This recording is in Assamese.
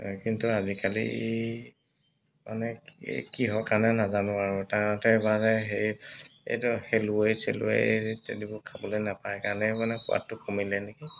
কিন্তু আজিকালি মানে কিহৰ কাৰণে নাজানো আৰু তাহাঁতে মানে সেই এইটো শেলুৱৈ চেলুৱৈ ইত্যাদিবোৰ খাবলৈ নেপায় কাৰণেই মানে সোৱাদটো কমিলে নেকি